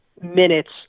minutes